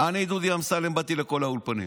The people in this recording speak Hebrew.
אני, דודי אמסלם, באתי לכל האולפנים.